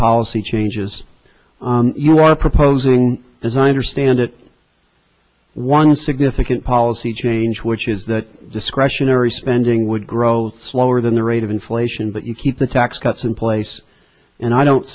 policy changes you are proposing design or stand it one significant policy change which is that discretionary spending would grow slower than the rate of inflation but you keep the tax cuts in place and i don't